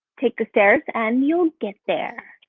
take the stairs and you'll get there.